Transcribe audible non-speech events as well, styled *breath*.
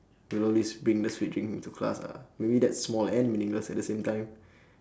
you know at least bring the sweet drinks to class lah maybe that's small and meaningless at the same time *breath*